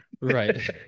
Right